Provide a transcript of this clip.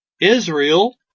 Israel